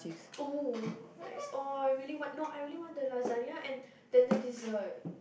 oh nice !aww! I really want no I really want the lagsane and then the dessert